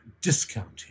Discounting